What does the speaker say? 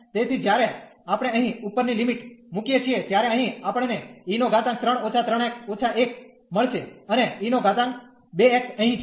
તેથી જ્યારે આપણે અહીં ઉપરની લિમિટ મૂકીએ છીએ ત્યારે અહીં આપણ ને e3−3 x − 1 મળશે અને e2 x અહીં છે